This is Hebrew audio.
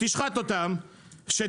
שתשחט אותם,